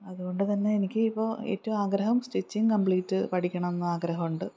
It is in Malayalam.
അതുകൊണ്ടുതന്നെ എനിക്ക് ഇപ്പോൾ ഏറ്റവും ആഗ്രഹം സ്റ്റിച്ചിങ്ങ് കംപ്ലീറ്റ് പഠിക്കണം എന്ന് ആഗ്രഹമുണ്ട്